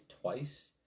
twice